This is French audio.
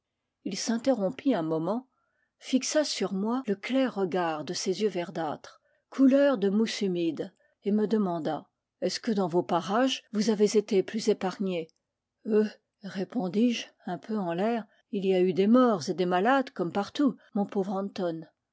il s'interrompit un moment fixa sur moi le clair regard de ses yeux verdâtres couleur de mousse humide et me demanda est-ce que dans vos parages vous avez été plus épargnés heu répondis-je un peu en l'air il y a eu des morts et des malades comme partout mon pauvre anton